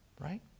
right